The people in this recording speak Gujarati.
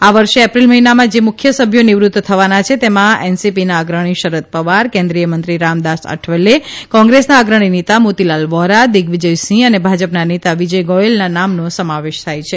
આ વર્ષે એપ્રિલ મહિનામાં જે મુખ્ય સભ્યો નિવૃત્ત થવાના છે તેમાં એનસીપીના અગ્રણી શરદ પવાર કેન્દ્રિયમંત્રી રામદાસ આઠવલે કોંગ્રેસના અગ્રણીનેતા મોતીલાલ વોરા દિગ્વિજયસિંહ અને ભાજપના નેતા વિજય ગોયલના નામનો સમાવેશ થાય છે